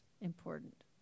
important